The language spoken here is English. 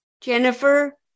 Jennifer